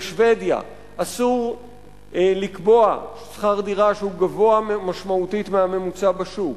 בשבדיה אסור לקבוע שכר דירה שהוא גבוה משמעותית מהממוצע בשוק,